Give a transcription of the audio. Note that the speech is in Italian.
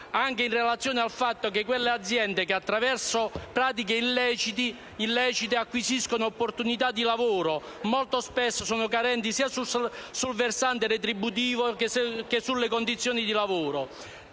anche in relazione al fatto che esse, che attraverso pratiche illecite acquisiscono opportunità di lavoro, molto spesso sono carenti sia sul versante retributivo che sulle condizioni di lavoro.